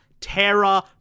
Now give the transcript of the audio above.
Terra